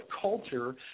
culture